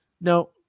No